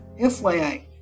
FYI